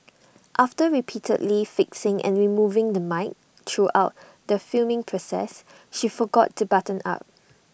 after repeatedly fixing and removing the mic throughout the filming process she forgot to button up